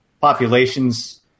populations